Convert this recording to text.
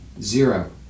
zero